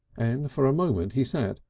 and for a moment he sat,